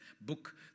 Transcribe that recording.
book